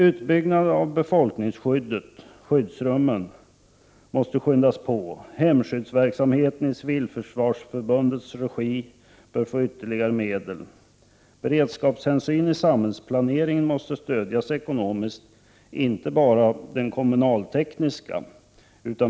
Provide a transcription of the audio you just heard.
Utbyggnaden av befolkningsskyddet — skyddsrummen — måste skyndas på. Hemskyddsverksamheten i Civilförsvarsförbundets regi bör få ytterligare medel. Beredskapshänsyn i samhällsplaneringen måste stödjas ekonomiskt, inte bara den kommunaltekniska.